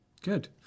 good